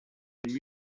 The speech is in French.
les